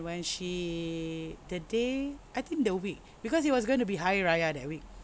when she the day I think the week because it was going to be hari raya that week